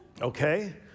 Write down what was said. Okay